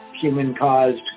human-caused